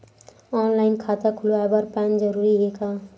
Online खाता खुलवाय बर पैन जरूरी हे का?